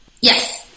Yes